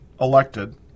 elected